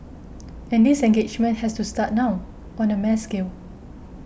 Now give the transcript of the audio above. and this engagement has to start now on the mass scale